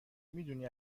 میدونی